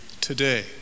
today